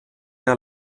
der